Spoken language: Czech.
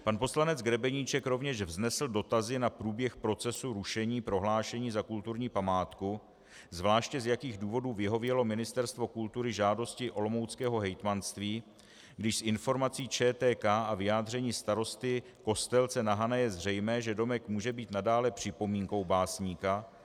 Pan poslanec Grebeníček rovněž vznesl dotazy na průběh procesu rušení prohlášení za kulturní památku, zvláště z jakých důvodů vyhovělo Ministerstvo kultury žádosti olomouckého hejtmanství, když z informací ČTK a vyjádření starosty Kostelce na Hané je zřejmé, že domek může být nadále připomínkou básníka.